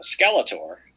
Skeletor